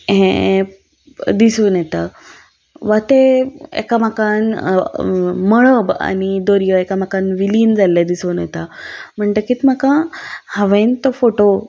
हें दिसून येता वा ते एकामकांत मळब आनी दर्या एकामकांत विलीन जाल्ले दिसून येता म्हणटकच म्हाका हांवें तो फोटो